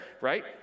right